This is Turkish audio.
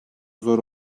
zor